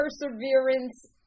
perseverance